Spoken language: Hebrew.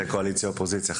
(היו"ר קטי קטרין שטרית) זוהי קואליציה ואופוזיציה,